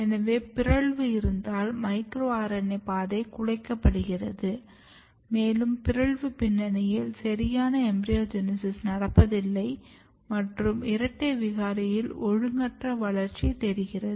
எனவே பிறழ்வு இருந்தால் மைக்ரோ RNA பாதை குலைக்கப்படுகிறது மேலும் பிறழ்வு பின்னணியில் சரியான எம்பிரியோஜெனிசிஸ் நடப்பதில்லை மற்றும் இரட்டை விகாரியில் ஒழுங்கற்ற வளர்ச்சி தெரிகிறது